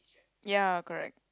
ya correct